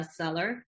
bestseller